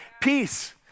peace